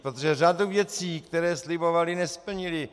Protože řadu věcí, které slibovali, nesplnili.